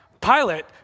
Pilate